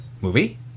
movie